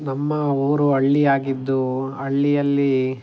ನಮ್ಮ ಊರು ಹಳ್ಳಿಯಾಗಿದ್ದು ಹಳ್ಳಿಯಲ್ಲಿ